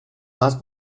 más